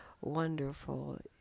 wonderful